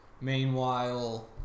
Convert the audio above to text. Meanwhile